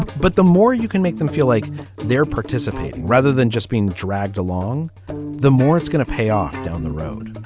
but the more you can make them feel like they're participating rather than just being dragged along the more it's gonna pay off down the road.